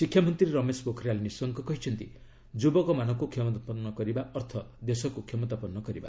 ଶିକ୍ଷାମନ୍ତ୍ରୀ ରମେଶ ପୋଖରିୟାଲ ନିଶଙ୍କ କହିଛନ୍ତି ଯୁବକମାନଙ୍କୁ କ୍ଷମତାପନ୍ନ କରିବା ଅର୍ଥ ଦେଶକୁ କ୍ଷମତାପନ୍ନ କରିବା